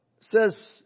says